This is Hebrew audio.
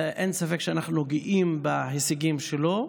אין ספק שאנחנו גאים בהישגים שלו.